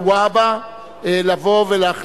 אין